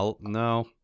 No